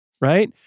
Right